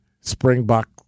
Springbok